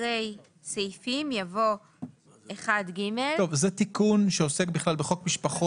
אחרי "סעיפים" יבוא "1ג"; זה תיקון שעוסק בחוק משפחות,